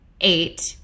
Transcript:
eight